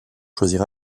choisir